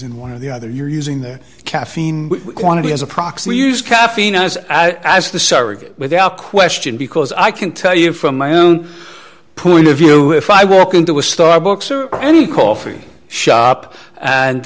in one of the other you're using their caffeine quantity as a proxy use caffeine as i was the surrogate without question because i can tell you from my own point of view if i walk into a starbucks or any coffee shop and